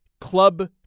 club